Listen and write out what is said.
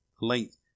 length